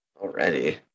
Already